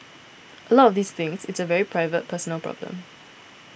a lot of these things it's a very private personal problem